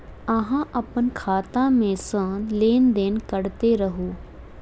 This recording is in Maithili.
अहाँ अप्पन खाता मे सँ लेन देन करैत रहू?